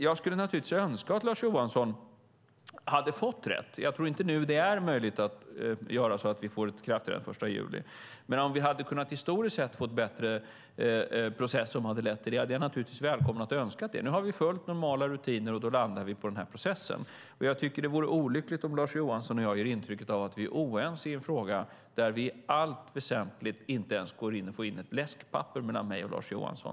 Jag skulle önska att Lars Johansson hade fått rätt. Jag tror nu inte att det är möjligt att göra så att vi får ett ikraftträdande den 1 juli, men om vi historiskt sett hade kunnat få en bättre process som hade lett till det hade jag naturligtvis välkomnat och önskat det. Nu har vi följt normala rutiner, och då landar vi på denna process. Jag tycker att det vore olyckligt om Lars Johansson och jag ger intrycket av att vi är oense i en fråga där det i allt väsentligt inte ens går att få in ett läskpapper mellan mig och Lars Johansson.